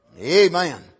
Amen